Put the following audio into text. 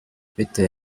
bitewe